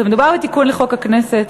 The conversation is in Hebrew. מדובר בתיקון לחוק הכנסת.